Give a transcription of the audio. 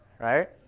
right